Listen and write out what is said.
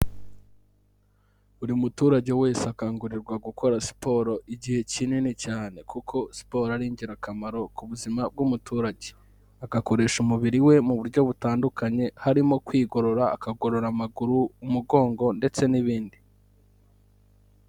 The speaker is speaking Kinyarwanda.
Buri muturage wese akangurirwa gukora siporo igihe kinini cyane, kuko siporo ari ingirakamaro ku buzima bw'umuturage, agakoresha umubiri we mu buryo butandukanye harimo kwigorora akagorora amaguru, umugongo ndetse n'ibindi.